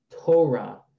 Torah